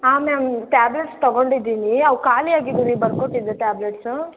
ಹಾಂ ma'am tablets ತೊಗೊಂಡಿದ್ದೀನಿ ಅವು ಖಾಲಿಯಾಗಿದೆ ನೀವು ಬರ್ಕೊಟ್ಟಿದ್ದು ಟ್ಯಾಬ್ಲೆಟ್ಸು